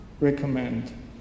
recommend